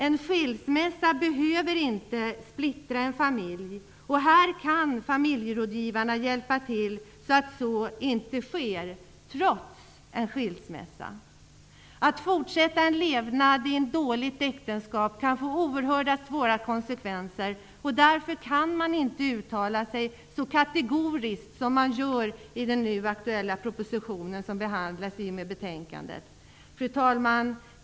En skilsmässa behöver inte splittra en familj. Här kan familjerådgivarna hjälpa till så att det inte sker, trots en skilsmässa. Att fortsätta att leva i ett dåligt äktenskap kan få oerhört svåra konsekvenser. Därför kan man inte uttala sig så kategoriskt som man gör i den proposition som nu behandlas i betänkandet. Fru talman!